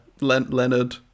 Leonard